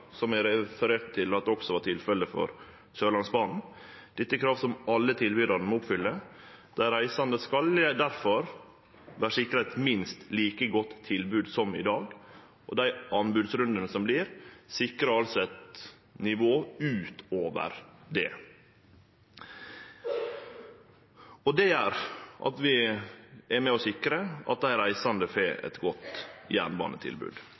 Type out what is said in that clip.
som eg refererte til også var tilfellet for Sørlandsbanen. Dette er krav som alle tilbydarane må oppfylle. Dei reisande skal difor vere sikra eit minst like godt tilbod som i dag, og dei anbodsrundane som vert, sikrar altså eit nivå utover det. Det gjer at vi er med på å sikre at dei reisande får eit godt jernbanetilbod.